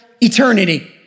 eternity